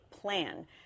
plan